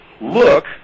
look